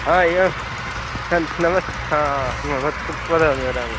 हा एवं ह नाम हा मम तत् वदामि वदामि